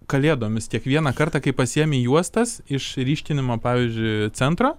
kalėdomis kiekvieną kartą kai pasiėmi juostas iš ryškinimo pavyzdžiui centro